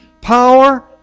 power